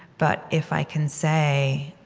but if i can say,